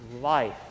life